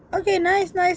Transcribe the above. okay nice nice